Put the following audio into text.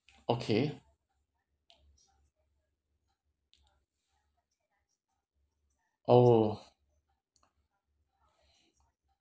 okay oh